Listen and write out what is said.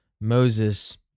Moses